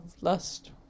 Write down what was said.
lust